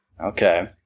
Okay